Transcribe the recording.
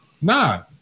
Nah